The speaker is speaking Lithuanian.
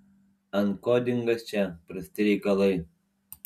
ankodingas čia prasti reikalai